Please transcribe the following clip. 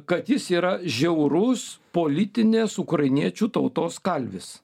kad jis yra žiaurus politinės ukrainiečių tautos kalvis